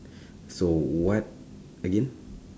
so what again